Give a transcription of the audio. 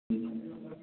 ꯎꯝ